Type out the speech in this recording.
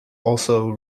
also